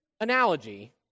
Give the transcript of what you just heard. analogy